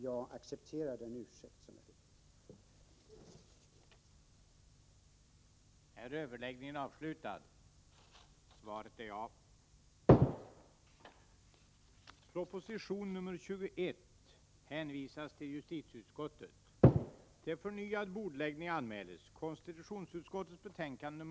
Jag accepterar den ursäkt som jag fick.